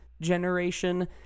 generation